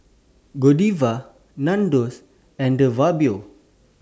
Godiva Nandos and De Fabio